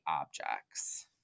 objects